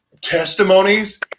testimonies